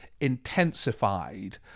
intensified